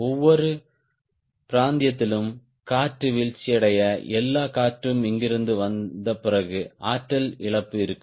ஒவ்வொரு பிராந்தியத்திலும் காற்று வீழ்ச்சியடைய எல்லா காற்றும் இங்கிருந்து வந்த பிறகு ஆற்றல் இழப்பு இருக்கும்